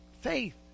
Faith